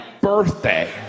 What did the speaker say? birthday